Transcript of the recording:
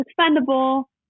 expendable